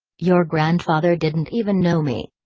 your grandfather didn't even know me.